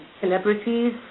celebrities